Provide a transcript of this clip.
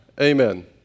Amen